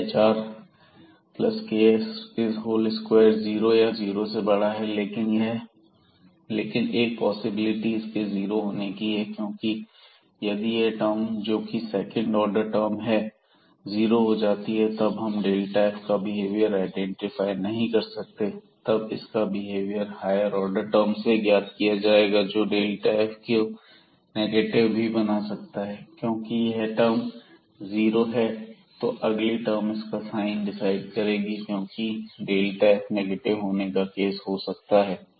f12rhrks2 यह hrks2 zero या 0 से बड़ा है लेकिन एक पॉसिबिलिटी इसके जीरो होने की है क्योंकि यदि यह टर्म जोकि सेकंड ऑर्डर टर्म है जीरो हो जाती है तब हम इस f का बिहेवियर आईडेंटिफाई नहीं कर सकते तब इसका बिहेवियर हायर ऑर्डर टर्म से ज्ञात किया जाएगा जो इस f को नेगेटिव भी बना सकता है क्योंकि यदि यह टर्म जीरो है तो अगली टर्म इसका साइन डिसाइड करेगी क्योंकि यह f नेगेटिव होने का केस हो सकता है